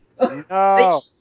no